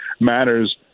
matters